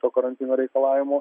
to karantino reikalavimų